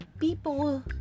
people